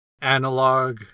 analog